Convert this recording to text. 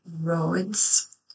roads